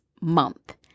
month